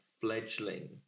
fledgling